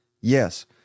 Yes